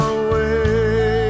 away